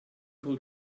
cool